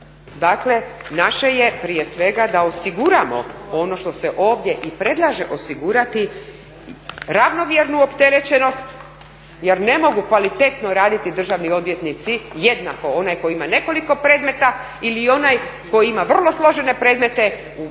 Dakle, naše je prije svega da osiguramo ono što se ovdje i predlaže osigurati ravnomjernu opterećenost jer ne mogu kvalitetno raditi državni odvjetnici jednako onaj koji ima nekoliko predmeta ili onaj koji ima vrlo složene predmete u velikom